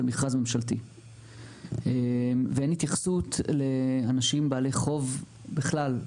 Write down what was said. מכרז ממשלתי ואין התייחסות לאנשים בעלי חוב בכלל,